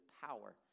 power